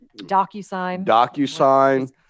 DocuSign